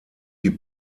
die